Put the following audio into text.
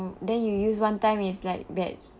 then you use one time it's like bad